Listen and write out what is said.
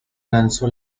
lanzó